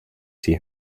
see